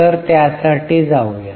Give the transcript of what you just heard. तर त्यासाठी जाऊया